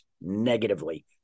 negatively